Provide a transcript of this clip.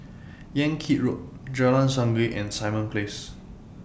Yan Kit Road Jalan Sungei and Simon Place